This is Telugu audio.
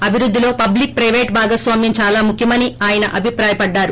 అభివృద్దిలో పబ్లిక్ ప్రైవేట్ భాగస్వామ్యం చాలా ముఖ్యమని ఆయన అభిప్రాయపడ్డారు